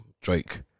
Drake